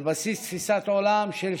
על בסיס תפיסת העולם של שוויון,